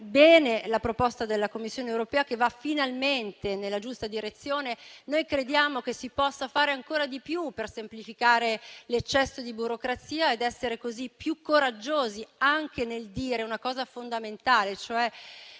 bene la proposta della Commissione europea, che va finalmente nella giusta direzione. Noi crediamo che si possa fare ancora di più per semplificare l'eccesso di burocrazia ed essere così più coraggiosi anche nel dire una cosa fondamentale, cioè